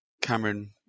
Cameron